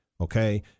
okay